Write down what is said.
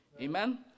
Amen